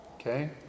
Okay